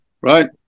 right